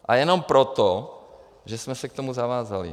A jenom proto, že jsme se k tomu zavázali.